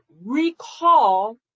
recall